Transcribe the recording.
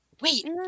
wait